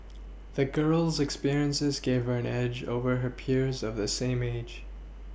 the girl's experiences gave her an edge over her peers of the same age